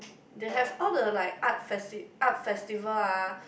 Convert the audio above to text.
they have all the like art festi~ art festival ah